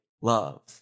love